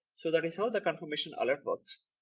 so that is how the confirmation alert works.